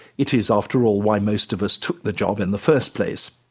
it is, after all, why most of us took the job in the first place.